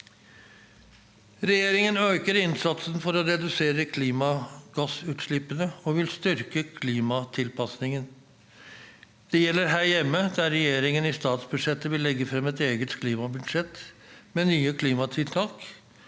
Regjeringen øker innsatsen for å redusere klimagassutslippene og vil styrke klimatilpasningen. Det gjelder her hjemme, der regjeringen i statsbudsjettet vil legge frem et eget klimabudsjett med nye klimatiltak,